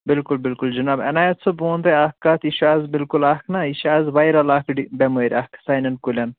بِلکُل بِلکُل جناب عنایت صٲب بہٕ ونہو تۄہہِ اَکھ کتھ یہِ چھ اَز بِلکُل اکھ نا یہِ چھِ اَز وایرل بیٚمٲرۍ اکھ سانیٚن کُلیٚن